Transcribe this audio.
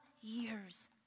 years